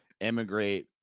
emigrate